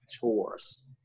tours